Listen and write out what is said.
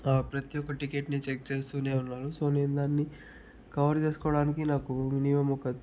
ప్రతి ఒక్క టికెట్ని చెక్ చేస్తూనే ఉన్నారు సో నేను దాన్ని కవర్ చేసుకోవడానికి నాకు మినిమమ్ ఒక